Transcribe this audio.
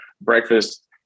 breakfast